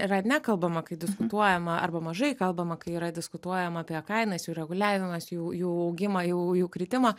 yra nekalbama kai diskutuojama arba mažai kalbama kai yra diskutuojama apie kainas jų reguliavimas jų jų augimą jų jų kritimą